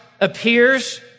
appears